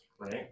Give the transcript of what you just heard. right